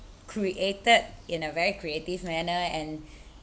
created in a very creative manner and